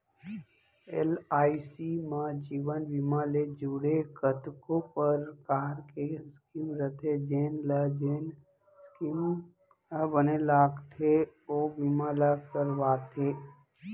LIC म जीवन बीमा ले जुड़े कतको परकार के स्कीम रथे जेन ल जेन स्कीम ह बने लागथे ओ बीमा ल करवाथे